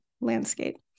landscape